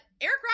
Eric